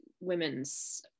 women's